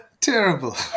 Terrible